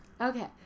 Okay